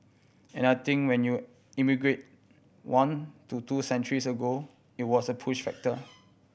and I think when you emigrated one to two centuries ago it was a push factor